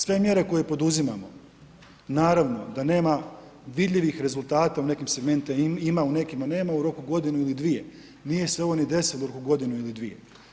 Sve mjere koje poduzimamo, naravno da nema vidljivih rezultata u nekim segmentima ima, u nekima nema, u roku godinu ili dvije nije se ovo ni desilo u roku godinu ili dvije.